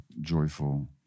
joyful